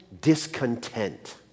discontent